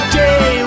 day